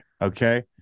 Okay